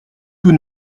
tout